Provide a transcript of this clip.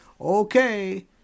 Okay